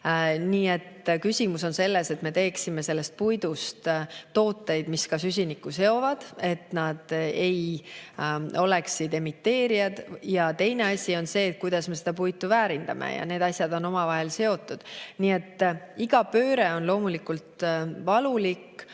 Nii et küsimus on selles, et me teeksime sellest puidust tooteid, mis süsinikku seovad, et nad ei oleks emiteerijad. Ja teine asi on see, kuidas me seda puitu väärindame. Need asjad on omavahel seotud. Iga pööre on loomulikult valulik.